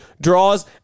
draws